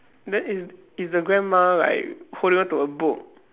then is is the grandma like holding on to a book